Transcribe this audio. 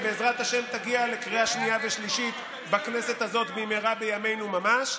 ובעזרת השם תגיע לקריאה שנייה ושלישית בכנסת הזאת במהרה בימינו ממש.